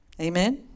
Amen